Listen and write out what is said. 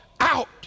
out